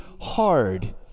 hard